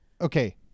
okay